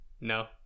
no